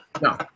No